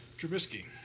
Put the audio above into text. Trubisky